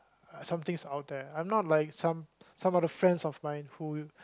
some things out there I'm not like some some other friends of mine who